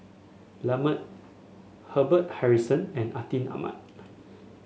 Lambert Harrison and Atin Amat